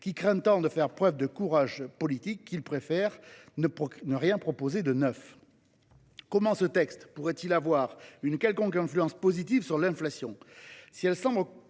qui craint tant de faire preuve de courage politique qu’il préfère ne rien proposer de nouveau. Comment ce texte pourrait il avoir une influence positive sur l’inflation ?